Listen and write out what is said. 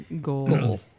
goal